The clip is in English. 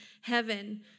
heaven